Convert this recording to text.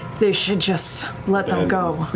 they should just let them go.